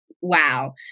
wow